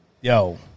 Yo